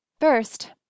first